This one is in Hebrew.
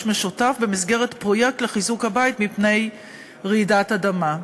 משותף במסגרת פרויקט לחיזוק הבית מפני רעידת אדמה.